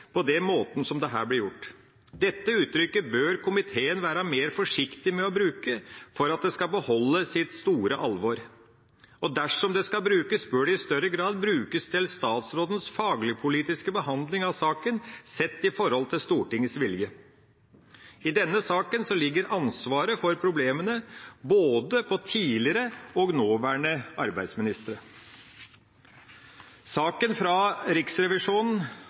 på den måten som det her ble brukt. Dette uttrykket bør komiteen være mer forsiktig med å bruke, slik at det kan beholde sitt store alvor. Dersom det skal brukes, bør det i større grad brukes om statsrådens faglig-politiske behandling av saken, sett i forhold til Stortingets vilje. I denne saken ligger ansvaret for problemene både på tidligere arbeidsministere og på nåværende arbeidsminister. Saken fra Riksrevisjonen